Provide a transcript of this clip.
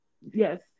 Yes